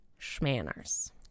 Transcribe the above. schmanners